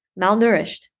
malnourished